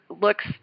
looks